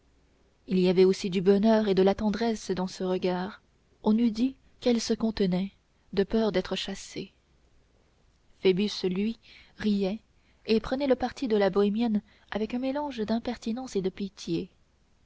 il y avait aussi du bonheur et de la tendresse dans ce regard on eût dit qu'elle se contenait de peur d'être chassée phoebus lui riait et prenait le parti de la bohémienne avec un mélange d'impertinence et de pitié